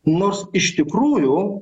nors iš tikrųjų